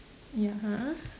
ya !huh!